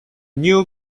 new